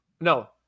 no